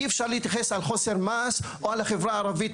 אי-אפשר להתייחס לחוסר מעש או לחברה הערבית